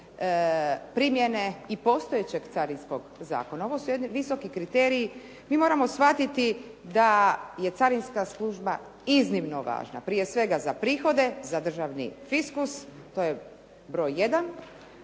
primjene i postojećeg Carinskog zakona. Ovo su jedni visoki kriteriji. Mi moramo shvatiti da je carinska služba iznimno važna, prije svega za prihode, za državni fiskus, to je broj jedan.